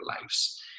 lives